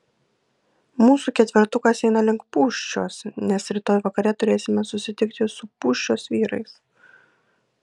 mūsų ketvertukas eina link pūščios nes rytoj vakare turėsime susitikti su pūščios vyrais